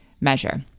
measure